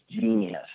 genius